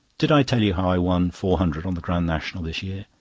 did i tell you how i won four hundred on the grand national this year?